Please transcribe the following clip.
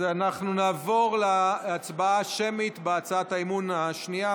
אנחנו נעבור להצבעה שמית בהצעת האי-אמון השנייה.